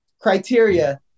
criteria